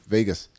Vegas